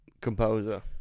composer